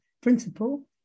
principle